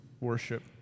worship